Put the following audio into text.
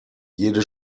jede